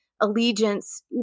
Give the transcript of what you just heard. allegiance